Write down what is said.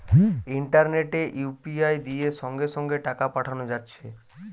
ইন্টারনেটে ইউ.পি.আই দিয়ে সঙ্গে সঙ্গে টাকা পাঠানা যাচ্ছে